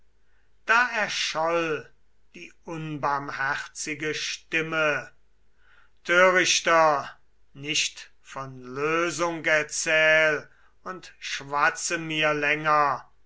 da erscholl die unbarmherzige stimme törichter nicht von lösung erzähl und schwatze mir länger